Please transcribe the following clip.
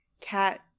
cat